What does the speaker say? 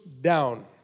down